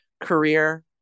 career